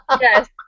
Yes